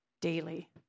daily